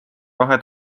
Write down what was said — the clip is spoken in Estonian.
kahe